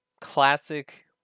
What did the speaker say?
classic